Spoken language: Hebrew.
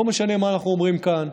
לא משנה מה אנחנו אומרים כאן,